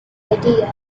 idea